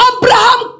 Abraham